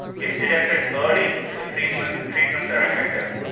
if detected early, the treatments treatments are effective.